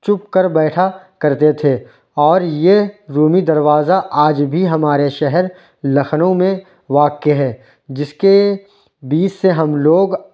چھپ کر بیٹھا کرتے تھے اور یہ رومی دروازہ آج بھی ہمارے شہر لکھنؤ میں واقع ہے جس کے بیچ سے ہم لوگ